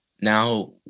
now